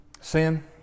Sin